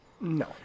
No